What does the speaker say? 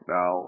Now